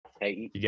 Hey